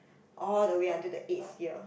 all the way until the eighth year